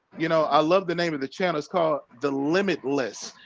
you know i love the name of the channels called the limit list.